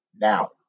now